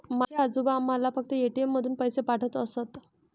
माझे आजोबा आम्हाला फक्त ए.टी.एम मधून पैसे पाठवत असत